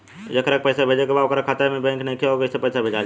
जेकरा के पैसा भेजे के बा ओकर खाता ए बैंक मे नईखे और कैसे पैसा भेजल जायी?